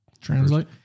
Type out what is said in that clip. Translate